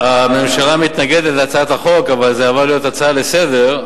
הממשלה מתנגדת להצעת החוק אבל זה הפך להיות הצעה לסדר-היום.